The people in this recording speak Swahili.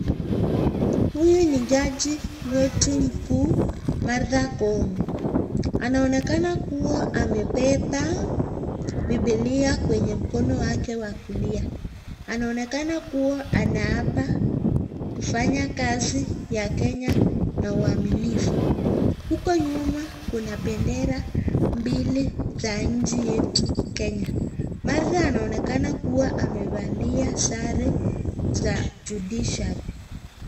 Huyu ni jaji wetu mkuu Martha Koome. Anaonekana kama amebeba Bibilia kwenye mkono wake wa kulia. Anaonekana kuwa anaapa kufanya kazi ya Kenya na waminifu. Huko nyuma kuna bendera mbili za nchi yetu Kenya. Martha anaonekana kuwa amevalia sare za judiciary .